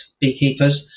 beekeepers